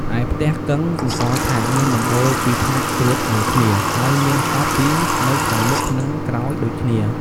ឯផ្ទះកឹង សម្គាល់ថាមានដំបូលពីរថ្នាក់ត្រួតលើគ្នា ហើយមានហប់ពីរនៅខាងមុខនិងក្រោយដូចគ្នា។